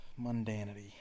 Mundanity